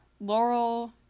Laurel